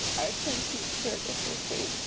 our turn to sure that they're safe,